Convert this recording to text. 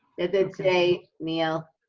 it it say, neil,